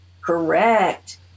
Correct